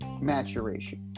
maturation